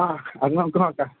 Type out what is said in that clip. ആ അത് നമുക്ക് നോക്കാം